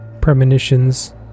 Premonitions